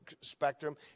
spectrum